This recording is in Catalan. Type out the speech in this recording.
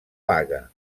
baga